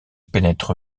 pénètre